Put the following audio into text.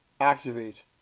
Activate